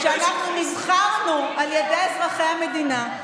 שאנחנו נבחרנו על ידי אזרחי המדינה,